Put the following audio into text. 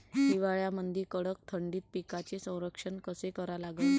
हिवाळ्यामंदी कडक थंडीत पिकाचे संरक्षण कसे करा लागन?